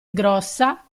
grossa